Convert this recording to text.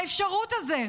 האפשרות הזו,